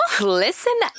listen